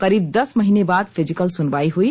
करीब दस महीने बाद फिजिकल सुनवाई हुई